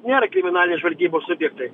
nėra kriminalinės žvalgybos subjektai